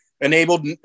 enabled